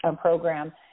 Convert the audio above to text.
program